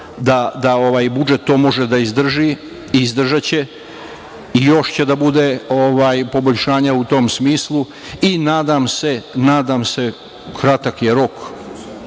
da budžet to može da izdrži i izdržaće i još će da bude poboljšanja u tom smislu i nadam se… Kratak je rok,